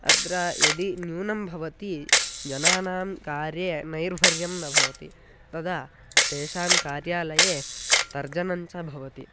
अत्र यदि न्यूनं भवति जनानां कार्ये नैर्भर्यं न भवति तदा तेषां कार्यालये तर्जनञ्च भवति